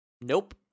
Nope